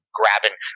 grabbing